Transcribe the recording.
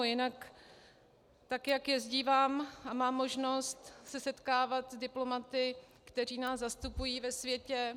Jinak tak jak jezdívám, mám možnost se setkávat s diplomaty, kteří nás zastupují ve světě.